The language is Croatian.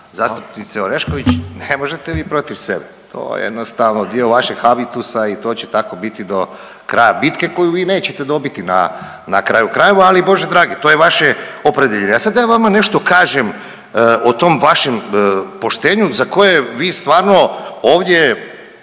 zastupnice Orešković ne možete vi protiv sebe, to je jednostavno dio vašeg habitusa i to će tako biti do kraja bitke koju vi nećete dobiti na kraju krajeva, ali Bože dragi to je vaše opredjeljenje. A da ja sada vama nešto kažem o tom vašem poštenju za koje vi stvarno ovdje